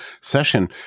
session